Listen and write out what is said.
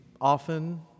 often